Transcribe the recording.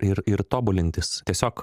ir ir tobulintis tiesiog